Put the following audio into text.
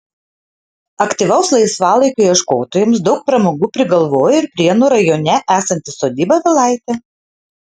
aktyvaus laisvalaikio ieškotojams daug pramogų prigalvojo ir prienų rajone esanti sodyba vilaitė